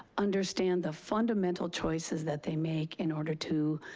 understand the fundamental choices that they make in order to,